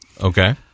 Okay